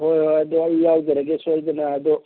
ꯍꯣꯏ ꯍꯣꯏ ꯑꯗꯣ ꯑꯩ ꯌꯥꯎꯖꯔꯒꯦ ꯁꯣꯏꯗꯅ ꯑꯗꯣ